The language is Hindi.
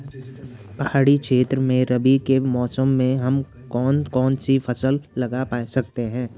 पहाड़ी क्षेत्रों में रबी के मौसम में हम कौन कौन सी फसल लगा सकते हैं?